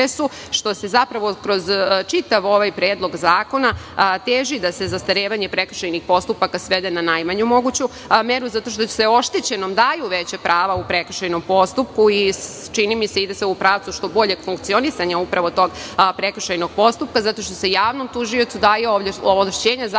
što se zapravo kroz čitav ovaj predlog zakona teži da se zastarevanje prekršajnih postupaka svede na najmanju moguću meru, zato što se oštećenom daju veća prava u prekršajnom postupku i, čini mi se, ide se u pravcu što boljeg funkcionisanja upravo tog prekršajnog postupka, zato što se javnom tužiocu daju ovlašćenja, zapravo,